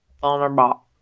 Vulnerable